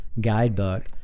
guidebook